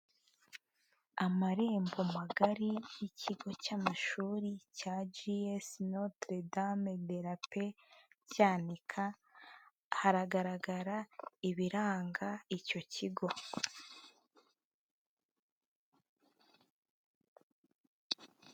Amarembo magari y'ikigo cy amashuri cya G.S Notre Dame de la Paix Cyanika, hagaragara ibiranga icyo kigo.